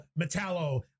Metallo